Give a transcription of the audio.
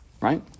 right